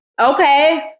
Okay